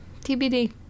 TBD